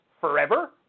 forever